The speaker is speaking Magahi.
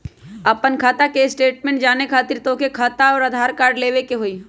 आपन खाता के स्टेटमेंट जाने खातिर तोहके खाता अऊर आधार कार्ड लबे के होइ?